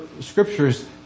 scriptures